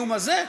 איום הזה,